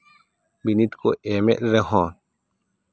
ᱵᱤᱱᱤᱰ ᱠᱚ ᱮᱢᱮᱜ ᱨᱮᱦᱚᱸ